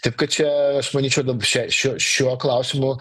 taip kad čia aš manyčiau dab šia šia šiu šiuo klausimu